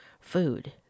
Food